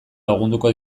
lagunduko